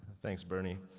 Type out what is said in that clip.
thanks bernie.